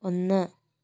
ഒന്ന്